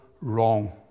wrong